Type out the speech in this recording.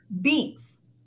beets